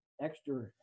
extra